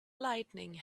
lightning